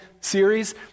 series